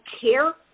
care